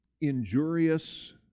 injurious